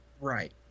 right